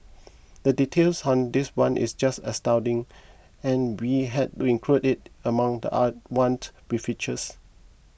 the details on this one is just astounding and we had to include it among the a want we featured